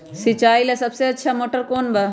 सिंचाई ला सबसे अच्छा मोटर कौन बा?